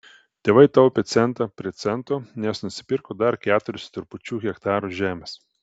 tėvai taupė centą prie cento nes nusipirko dar keturis su trupučiu hektarų žemės